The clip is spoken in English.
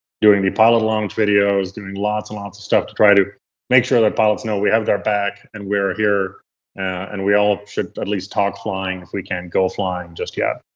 doing the pilot along videos, doing lots and lots of stuff to try to make sure that pilots know we have their back, and we're here and we all should at least talk flying is we can't go flying just yet.